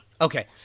Okay